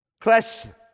Question